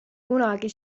kunagi